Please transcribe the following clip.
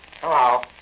Hello